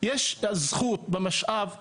יש את הזכות במשאב הזה,